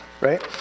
Right